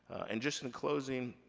and just in closing,